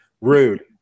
rude